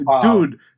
dude